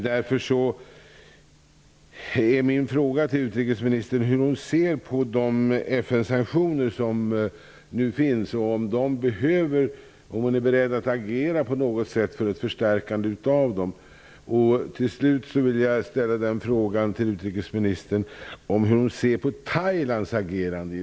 Därför är min fråga till utrikesministern hur hon ser på de FN-sanktioner som nu gäller och om hon är beredd att agera på något sätt för ett förstärkande av dem. Till slut vill jag ställa frågan hur utrikesministern ser på Thailands agerande.